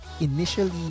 initially